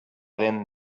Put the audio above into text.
dent